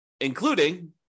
including